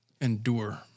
Endure